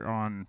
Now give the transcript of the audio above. on